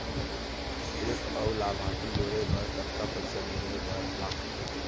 एक अऊ लाभार्थी जोड़े बर कतका पइसा देहे बर लागथे?